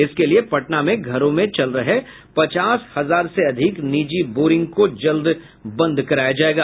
इसके लिये पटना में घरों में चल रहे पचास हजार से अधिक निजी बोरिंग को जल्द बंद कराया जायेगा